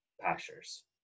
pastures